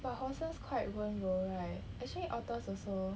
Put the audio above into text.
but horses quite 温柔 right actually otters also